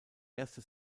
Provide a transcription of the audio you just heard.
erste